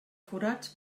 forats